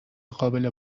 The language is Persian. قابل